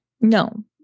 No